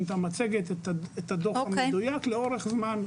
את המצגת ואת הדו"ח המדויק לאורך זמן.